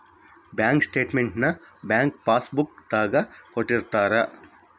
bank statement ನ bank passbook ದಾಗ ಕೊಟ್ಟಿರ್ತಾರ